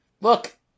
Look